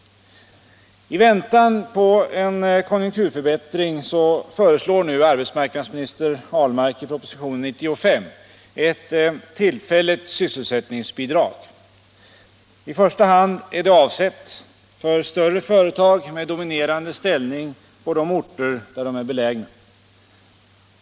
I väntan på en konjunkturförbättring föreslår nu arbetsmarknadsminister Ahlmark i propositionen 95 ett tillfälligt sysselsättningsbidrag. I första hand är det avsett för större företag med dominerande ställning på de orter där de är belägna.